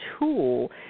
tool